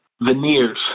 Veneers